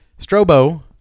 Strobo